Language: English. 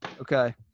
Okay